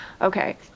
Okay